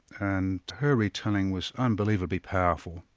and her retelling was unbelievably powerful,